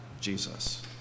Jesus